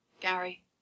Gary